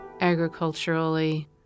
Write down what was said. agriculturally